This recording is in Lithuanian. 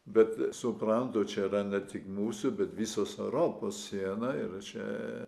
bet suprantu čia yra ne tik mūsų bet visos europos siena ir čia